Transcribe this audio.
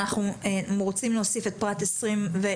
אנחנו רוצים להוסיף את פרט 28,